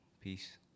Peace